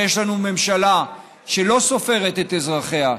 שיש לנו ממשלה שלא סופרת את אזרחיה,